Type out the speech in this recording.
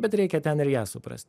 bet reikia ten ir ją suprast